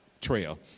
trail